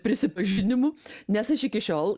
prisipažinimu nes aš iki šiol